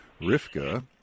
Rivka